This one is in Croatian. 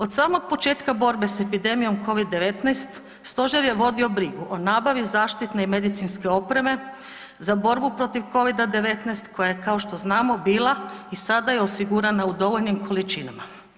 Od samog početka borbe sa epidemijom COVID-19 Stožer je vodio brigu o nabavi zaštitne i medicinske opreme za borbu protiv COVID-19 koja je kao što znamo bila i sada je osigurana u dovoljnim količinama.